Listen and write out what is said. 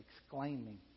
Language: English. exclaiming